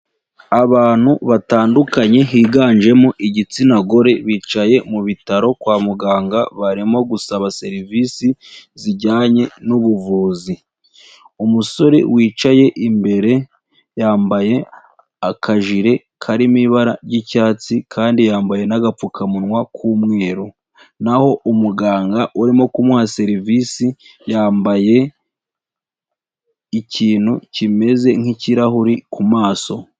Abantu batandukanye higanjemo igitsina gore, bicaye mu bitaro kwa muganga barimo gusaba serivisi zijyanye n'ubuvuzi. Umusore wicaye imbere yambaye akajire karimo ibara ry'icyatsi kandi yambaye n'agapfukamunwa k'umweru, naho umuganga urimo kumuha serivisi, yambaye ikintu kimeze nk'ikirahuri ku maso.